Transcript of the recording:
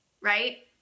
right